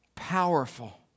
Powerful